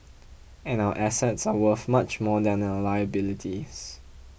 and our assets are worth much more than our liabilities